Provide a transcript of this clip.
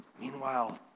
meanwhile